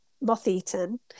moth-eaten